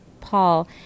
Paul